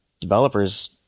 developers